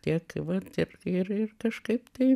tiek vat ir ir ir kažkaip tai